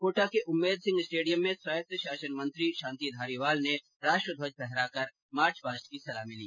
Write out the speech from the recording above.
कोटा के उम्मेद सिंह स्टेडियम में स्वायत्त शासन मंत्री शांति धारीवाल ने राष्ट्र ध्वज फहराकर मार्च पास्ट की सलामी ली